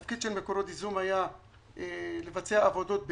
התפקיד של מקורות ייזום היה לבצע עבודות בחו"ל,